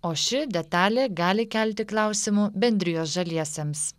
o ši detalė gali kelti klausimų bendrijos žaliesiems